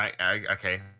okay